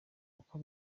uko